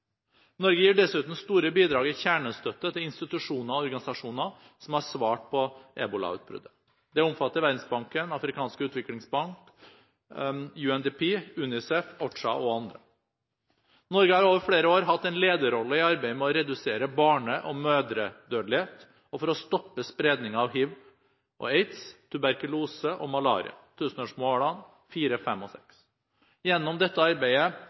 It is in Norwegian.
Norge gir dessuten store bidrag i kjernestøtte til institusjoner og organisasjoner som har svart på ebolautbruddet. Det omfatter Verdensbanken, Den afrikanske utviklingsbanken, UNDP, UNICEF, OCHA og andre. Norge har over flere år hatt en lederrolle i arbeidet med å redusere barne- og mødredødelighet og for å stoppe spredningen av hiv og aids, tuberkulose og malaria – tusenårsmålene fire, fem og seks. Gjennom dette arbeidet